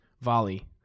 Volley